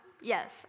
yes